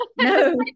No